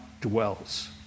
dwells